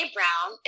Brown